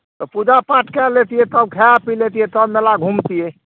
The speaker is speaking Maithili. तऽ पूजा पाठ कै लेतिए तब खै पी लेतिए तब मेला घुमतिए